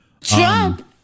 Trump